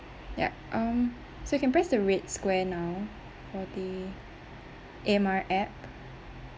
yup um so you can press the red square now for the A_M_R app